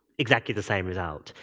exactly the same result.